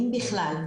אם בכלל,